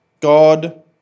God